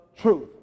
truth